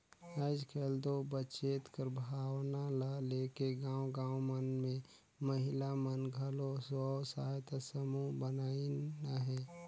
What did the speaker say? आएज काएल दो बचेत कर भावना ल लेके गाँव गाँव मन में महिला मन घलो स्व सहायता समूह बनाइन अहें